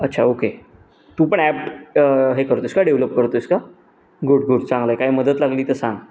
अच्छा ओके तू पण ॲप हे करतो आहेस का डेव्हलप करतो आहेस का गुड गुड चांगलं आहे काय मदत लागली तर सांग